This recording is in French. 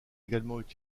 également